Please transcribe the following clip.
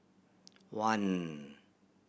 one